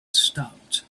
stopped